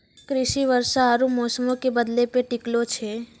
कृषि वर्षा आरु मौसमो के बदलै पे टिकलो छै